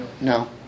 No